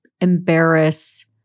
embarrass